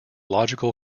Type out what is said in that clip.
logical